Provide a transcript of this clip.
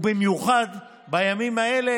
במיוחד בימים האלה,